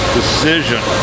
decision